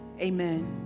Amen